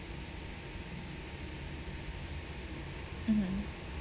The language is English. mmhmm